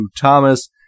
Thomas